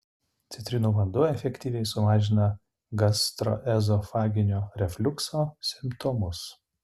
citrinų vanduo efektyviai sumažina gastroezofaginio refliukso simptomus